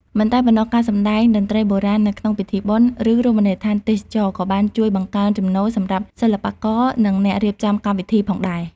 មិនតែប៉ុណ្ណោះ ការសម្តែងតន្ត្រីបុរាណនៅក្នុងពិធីបុណ្យ ឬរមណីយដ្ឋានទេសចរណ៍ ក៏បានជួយបង្កើនចំណូល សម្រាប់សិល្បករ និងអ្នករៀបចំកម្មវិធីផងដែរ។